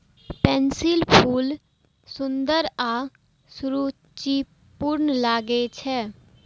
पैंसीक फूल सुंदर आ सुरुचिपूर्ण लागै छै